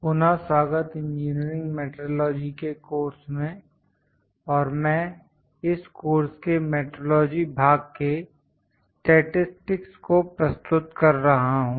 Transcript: पुनः स्वागत engineering metrology के कोर्स में और मैं इस कोर्स के मेट्रोलॉजी भाग के स्टैटिसटिक्स को प्रस्तुत कर रहा हूं